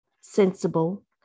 sensible